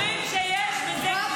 אומרים שיש בזה גדולה.